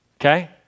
Okay